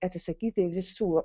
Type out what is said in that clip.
atsisakyti visų